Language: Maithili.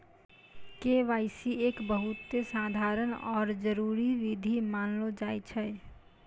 के.वाई.सी एक बहुते साधारण आरु जरूरी विधि मानलो जाय छै